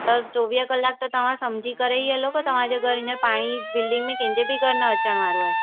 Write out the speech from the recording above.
त चोवीह कलाक त तव्हां समुझी करे ई हलो के तव्हांजे घरि हींअर पाणी बिल्डिंग में कंहिंजे बि घरि न अचण वारो आहे